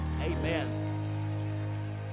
amen